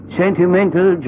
sentimental